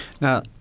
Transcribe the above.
Now